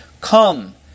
Come